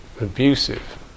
abusive